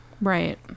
Right